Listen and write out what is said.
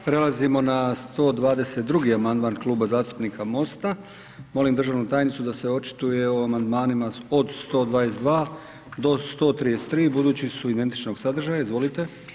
Prelazimo na 122. amandman Kluba zastupnika MOST-a, molim državnu tajnicu da se očituje o amandmanima od 122. do 133. budući su identičnog sadržaja, izvolite.